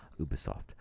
Ubisoft